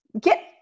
get